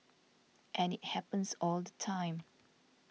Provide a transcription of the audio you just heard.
and it happens all the time